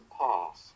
pass